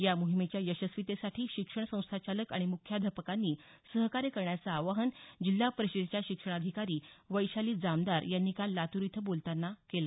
या मोहिमेच्या यशस्वीतेसाठी शिक्षण संस्थाचालक आणि मुख्याध्यापकांनी सहकार्य करण्याचं आवाहन जिल्हा परिषदेच्या शिक्षणाधिकारी वैशाली जामदार यांनी काल लातूर इथं बोलतांना केलं